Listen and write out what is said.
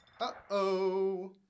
Uh-oh